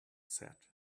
set